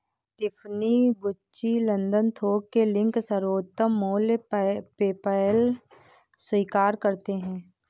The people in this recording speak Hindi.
टिफ़नी, गुच्ची, लंदन थोक के लिंक, सर्वोत्तम मूल्य, पेपैल स्वीकार करते है